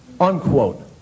unquote